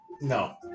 No